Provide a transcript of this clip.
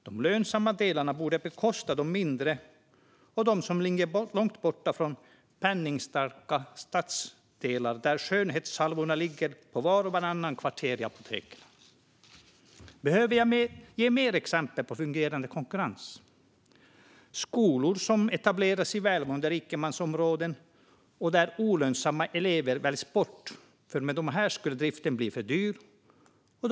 De lönsamma delarna borde bekosta de mindre lönsamma och de som ligger långt borta från penningstarka stadsdelar där skönhetssalvorna ligger på apotekens hyllor i vart och vartannat kvarter. Behöver jag ge fler exempel på fungerande konkurrens? Jag kan nämna skolor som etableras i välmående rikemansområden och där olönsamma elever väljs bort eftersom driften skulle bli för dyr med dessa.